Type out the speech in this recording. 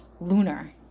lunar